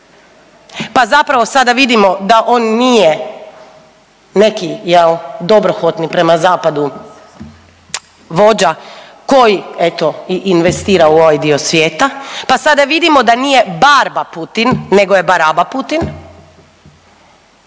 Pa zapravo sada vidimo da on nije jel neki dobrohotni prema zapadu vođa koji eto i investira u ovaj dio svijeta, pa sada vidimo da nije barba Putin, nego je baraba Putin.